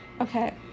Okay